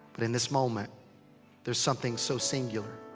but in this moment there's something so singular.